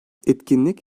etkinlik